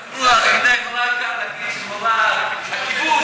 הכיבוש, הכיבוש